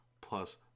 plus